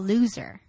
Loser